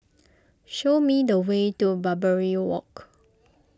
show me the way to Barbary Walk